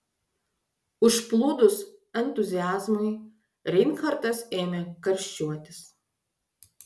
užplūdus entuziazmui reinhartas ėmė karščiuotis